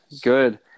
good